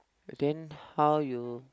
then how you